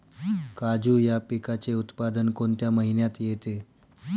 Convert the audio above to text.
काजू या पिकाचे उत्पादन कोणत्या महिन्यात येते?